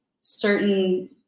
certain